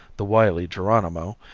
the wily geronimo,